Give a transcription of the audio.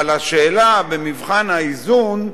אבל השאלה, במבחן האיזון,